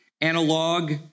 Analog